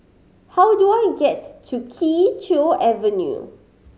how do I get to Kee Choe Avenue